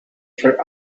for